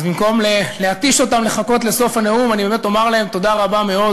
אז במקום להתיש אותם לחכות לסוף הנאום אני באמת אומר להם תודה רבה מאוד